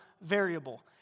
variable